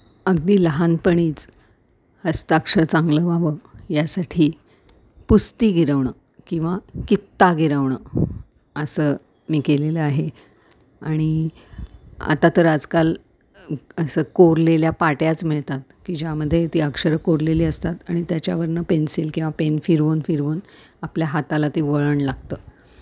अगदी लहानपणीच हस्ताक्षर चांगलं व्हावं यासाठी पुस्ती गिरवणं किंवा कित्ता गिरवणं असं मी केलेलं आहे आणि आता तर आजकाल असं कोरलेल्या पाट्याच मिळतात की ज्यामध्ये ती अक्षरं कोरलेली असतात आणि त्याच्यावरनं पेन्सिल किंवा पेन फिरवून फिरवून आपल्या हाताला ती वळण लागतं